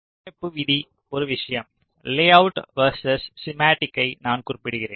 வடிவமைப்பு விதி ஒரு விஷயம் லேஅவுட் வெர்சஸ் ஸ்கிமாட்டிக்கை நான் குறிப்பிட்டுகிறேன்